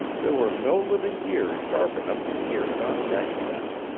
there were no living ears sharp enough to hear it on deck then.